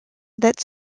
that